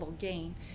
gain